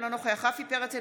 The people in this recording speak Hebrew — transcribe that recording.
אינו נוכח רפי פרץ,